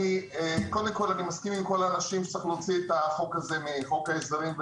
אני מסכים עם כולם שצריך להוציא את החוק הזה מחוק ההסדרים.